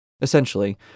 Essentially